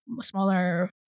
smaller